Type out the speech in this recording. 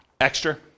Extra